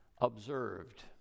Observed